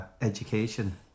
education